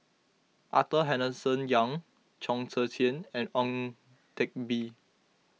Arthur Henderson Young Chong Tze Chien and Ang Teck Bee